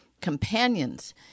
companions